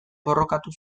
borrokatu